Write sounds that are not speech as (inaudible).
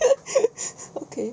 (laughs) okay